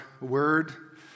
word